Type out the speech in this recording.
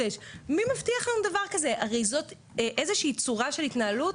אני חושבת שזה משהו שהכנסת והוועדה הזאת צריכה לעמוד הרגליים האחריות